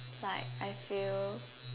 like I feel